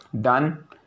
done